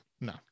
no